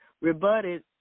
rebutted